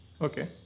Okay